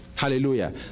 Hallelujah